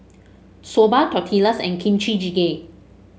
Soba Tortillas and Kimchi Jjigae